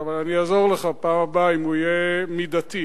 אבל אני אעזור לך בפעם הבאה אם הוא יהיה מידתי.